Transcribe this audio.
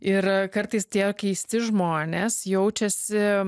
ir kartais tie keisti žmonės jaučiasi